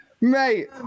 Mate